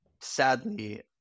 sadly